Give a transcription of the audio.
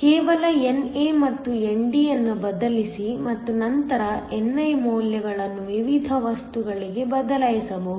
ಕೇವಲ NA ಮತ್ತು ND ಅನ್ನು ಬದಲಿಸಿ ಮತ್ತು ನಂತರ ni ಮೌಲ್ಯಗಳನ್ನು ವಿವಿಧ ವಸ್ತುಗಳಿಗೆ ಬದಲಾಯಿಸಬಹುದು